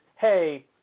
hey—